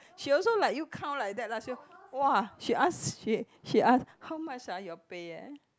she also like you count like that she'll !wah! she ask she she ask how much ah you pay eh